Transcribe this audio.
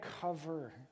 cover